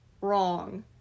Wrong